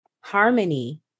harmony